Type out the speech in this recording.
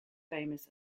famous